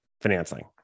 financing